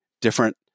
different